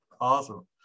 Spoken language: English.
awesome